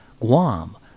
Guam